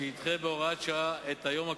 שידחה בהוראת שעה את היום הקובע,